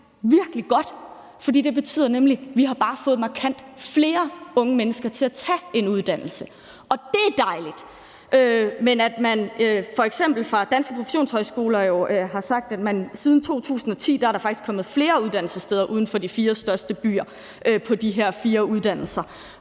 virkelig godt, for det betyder nemlig bare, at vi har fået markant flere unge mennesker til at tage en uddannelse, og det er dejligt. Men f.eks. Danske Professionshøjskoler har sagt, at der faktisk siden 2010 er kommet flere uddannelsessteder uden for de fire største byer på de her fire uddannelser,